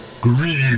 greed